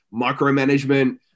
micromanagement